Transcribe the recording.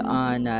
on